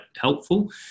helpful